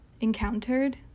encountered